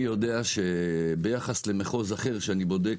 אני יודע שביחס למחוז אחר שאני בודק,